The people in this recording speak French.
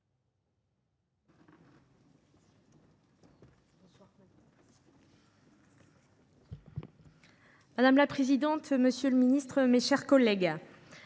Madame la présidente, monsieur le ministre, mes chers collègues,